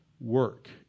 work